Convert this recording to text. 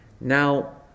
now